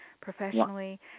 professionally